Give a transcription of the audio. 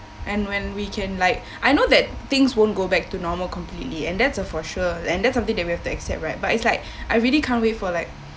and when we can like I know that things won't go back to normal completely and that's a for sure and that's something that we have to accept right but it's like I really can't wait for like